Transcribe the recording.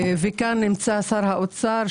וכאן נמצא שר האוצר,